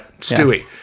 Stewie